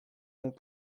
donc